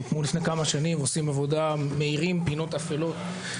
הם עושים עבודה, מאירים פינות אפלות.